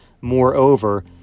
moreover